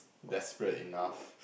desperate enough